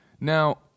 Now